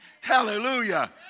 Hallelujah